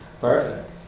Perfect